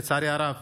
לצערי הרב.